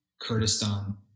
Kurdistan